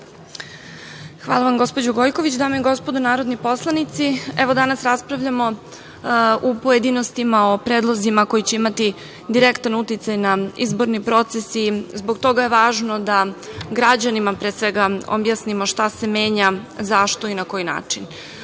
Hvala vam, gospođo Gojković. Dame i gospodo narodni poslanici, danas raspravljamo u pojedinostima o predlozima koji će imati direktan uticaj na izborni proces. Zbog toga je važno da građanima, pre svega, objasnimo šta se menja, zašto i na koji način. Mi